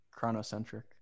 chronocentric